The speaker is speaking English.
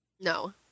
No